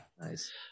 nice